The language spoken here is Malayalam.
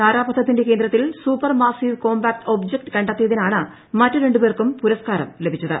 താരാപഥത്തിന്റെ കേന്ദ്രത്തിൽ സൂപ്പർ മാസീവ് കോംപാക്ട് ഒബ്ജക്ട് കണ്ടെത്തിയതിനാണ് മറ്റു രണ്ടുപേർക്കും പുരസ്കാരം ലഭിച്ചത്